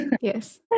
yes